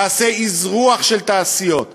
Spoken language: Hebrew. תעשה אזרוח של תעשיות,